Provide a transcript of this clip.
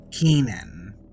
Kenan